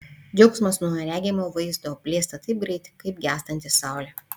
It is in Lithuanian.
džiaugsmas nuo regimo vaizdo blėsta taip greitai kaip gęstanti saulė